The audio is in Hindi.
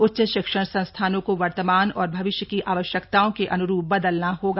उच्च शिक्षण संस्थानों को वर्तमान और भविष्य की आवश्यकताओं के अन्रूप बदलना होगा